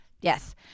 Yes